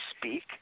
speak